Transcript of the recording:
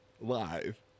live